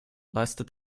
leistet